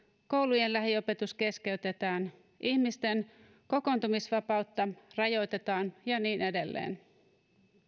koulujen lähiopetus keskeytetään ihmisten kokoontumisvapautta rajoitetaan ja niin edelleen